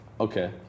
Okay